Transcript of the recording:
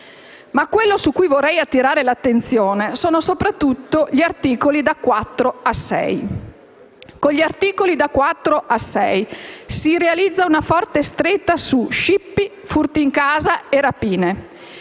Ma quello su cui vorrei attirare l'attenzione sono soprattutto gli articoli da 4 a 6. Con tali articoli infatti si realizza una forte stretta su scippi, furti in casa e rapine: